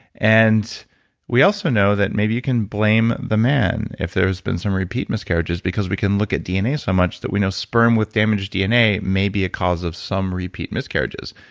and we also know that maybe you can blame the man if there's been some repeat miscarriages, because we can look at dna so much that we know sperm with damaged dna may be a cause of some repeat miscarriages.